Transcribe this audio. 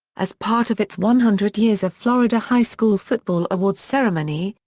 as part of its one hundred years of florida high school football awards ceremony,